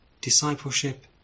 discipleship